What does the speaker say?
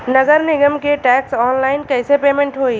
नगर निगम के टैक्स ऑनलाइन कईसे पेमेंट होई?